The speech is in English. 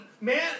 man